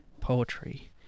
poetry